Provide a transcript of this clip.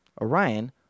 Orion